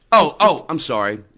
oh, i'm sorry.